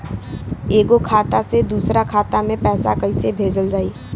एगो खाता से दूसरा खाता मे पैसा कइसे भेजल जाई?